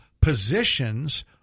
positions